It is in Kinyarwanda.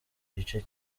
gice